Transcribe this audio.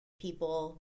people